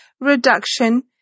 reduction